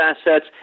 assets